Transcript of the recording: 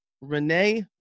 Renee